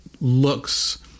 looks